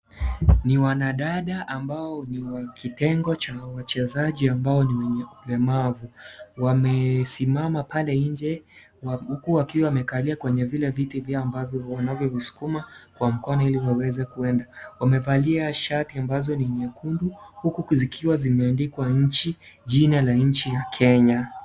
Ni wanadada ambao ni wa kitengo cha wachezaji ambao ni wenye ulemavu , wamesimama pale nje wakiwa wamevalia kwenye vile viti vyao ambavyo wanavyoskuma Kwa mkono ili waweze kuenda . Wamevalia shati ambazo ni nyekundu huku zikiwa zimeandikwa nchi, jina la nchi ya Kenya.